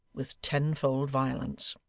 with tenfold violence.